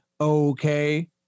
Okay